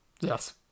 yes